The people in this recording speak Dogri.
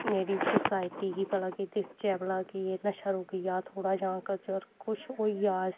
एह्दी सोसाइटी गी भला कि दिखचै भला कि एह् नशा रुकी जाऽ थोह्ड़ा जां चलो कुछ होई जाऽ इस्सी